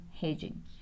hedging